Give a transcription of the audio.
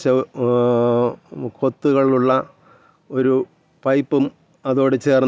ആ എനിക്കും തോന്നിയായിരുന്നു അതിലെന്തൊക്കെയോ അര്ത്ഥം ഉള്ളതു പോലെ ഉള്ളതായിട്ട് എനിക്ക്